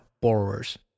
borrowers